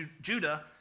Judah